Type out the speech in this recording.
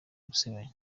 gusebanya